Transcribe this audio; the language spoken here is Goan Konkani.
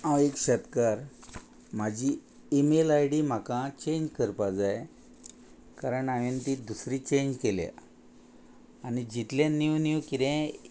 हांव एक शेतकार म्हाजी ईमेल आय डी म्हाका चेंज करपा जाय कारण हांवें ती दुसरी चेंज केल्या आनी जितले न्यू न्यू कितें